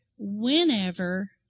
Whenever